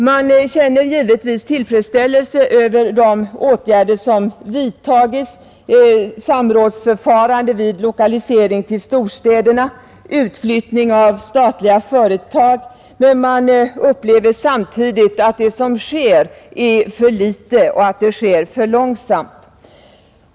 Man känner givetvis tillfredställelse över de åtgärder som vidtagits — samrådsförfarande vid lokalisering till storstäderna, utflyttning av statliga företag — men man upplever samtidigt att det som sker är för litet och att det sker för långsamt.